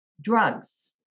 Drugs